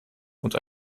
und